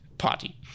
party